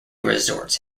resorts